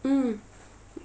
mm